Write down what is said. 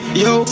yo